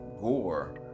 gore